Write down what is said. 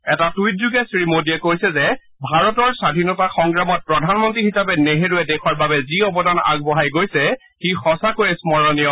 এটা টুইটযোগে শ্ৰীমোদীয়ে কৈছে যে ভাৰতৰ স্বাধীনতা সংগ্ৰামত প্ৰধানমন্ত্ৰী হিচাপে নেহৰুৱে দেশৰ বাবে যি অৱদান আগবঢ়াই গৈছে সি সঁচাকৈয়ে স্মৰণীয়